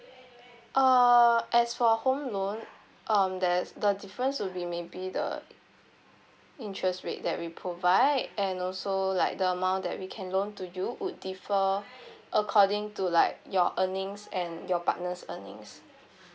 uh as for home loan um there's the difference will be maybe the interest rate that we provide and also like the amount that we can loan to you would differ according to like your earnings and your partner's earnings